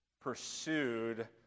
pursued